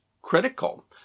critical